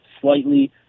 slightly